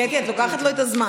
קטי, את לוקחת לו את הזמן.